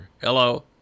Hello